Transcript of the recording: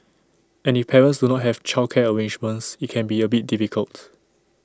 and if parents do not have childcare arrangements IT can be A bit difficult